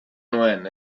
nuen